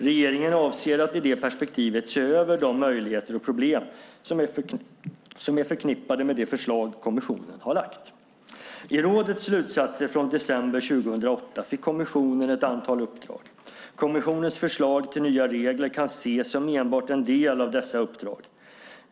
Regeringen avser att i det perspektivet se över de möjligheter och problem som är förknippade med det förslag kommissionen har lagt fram. I rådets slutsatser från december 2008 fick kommissionen ett antal uppdrag. Kommissionens förslag till nya regler kan ses som enbart en del av dessa uppdrag.